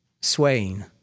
Swaying